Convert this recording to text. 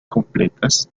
completas